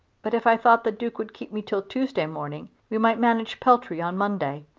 but if i thought the duke would keep me till tuesday morning we might manage peltry on monday.